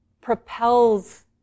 propels